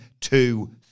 two